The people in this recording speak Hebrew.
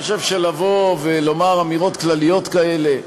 אני חושב שלבוא ולומר אמירות כלליות כאלה,